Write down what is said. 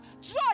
Joy